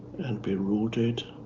and be rooted